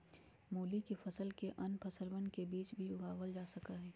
मूली के फसल के अन्य फसलवन के बीच भी उगावल जा सका हई